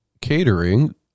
catering